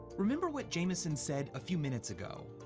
remember what jamison said a few minutes ago.